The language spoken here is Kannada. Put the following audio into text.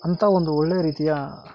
ಅಂಥ ಒಂದು ಒಳ್ಳೆಯ ರೀತಿಯ